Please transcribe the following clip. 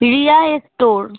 Riya store